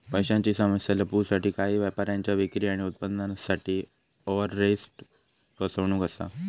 पैशांची समस्या लपवूसाठी काही व्यापाऱ्यांच्या विक्री आणि उत्पन्नासाठी ओवरस्टेट फसवणूक असा